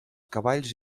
cavalls